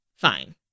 fine